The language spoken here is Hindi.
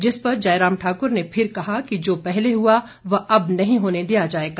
जिस पर जयराम ठाकुर ने फिर कहा कि जो पहले हुआ वह अब नहीं होने दिया जाएगा